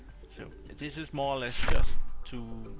so, this is more or less just to,